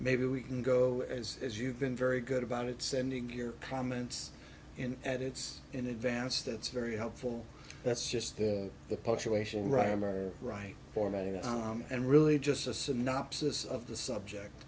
maybe we can go as if you've been very good about it sending your comments in at it's in advance that's very helpful that's just the punctuation rymer right formatting and really just a synopsis of the subject